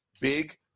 big